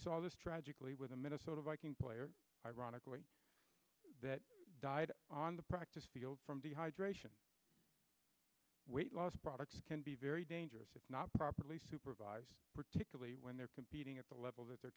saw this tragically with the minnesota vikings player ironically that died on the practice field from dehydration weight loss products can be very dangerous if not properly supervised particularly when they're competing at the level that they're